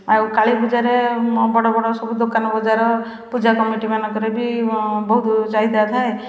ଆଉ କାଳୀ ପୂଜାରେ ବଡ଼ ବଡ଼ ସବୁ ଦୋକାନ ବଜାର ପୂଜା କମିଟିମାନଙ୍କରେ ବି ବହୁତ ଚାହିଦା ଥାଏ